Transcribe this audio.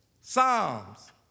Psalms